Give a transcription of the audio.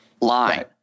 line